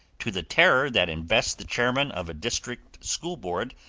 to the terror that invests the chairman of a district school board,